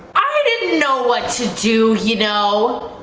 i didn't know what to do, you know